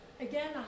again